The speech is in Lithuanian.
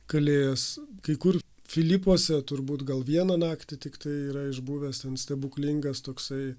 kalėjęs kai kur filipuose turbūt gal vieną naktį tiktai yra išbuvęs ten stebuklingas toksai